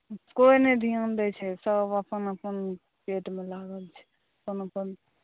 कोई नहि ध्यान दै छै सभ अपन अपन पेटमे लागल छै अपन अपन